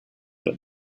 but